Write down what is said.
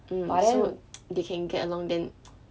um so get along then